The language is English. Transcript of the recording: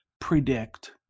predict